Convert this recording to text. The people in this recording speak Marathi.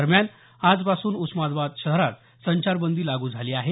दरम्यान आजपासून उस्मानाबाद शहरात संचारबंदी लागू झाली आहे